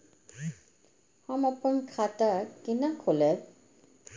हम अपन खाता केना खोलैब?